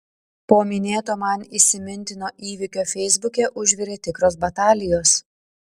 po minėto man įsimintino įvykio feisbuke užvirė tikros batalijos